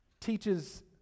teaches